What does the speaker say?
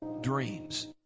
dreams